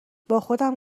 باخودم